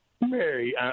Mary